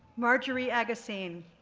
marjorie agosin,